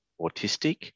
autistic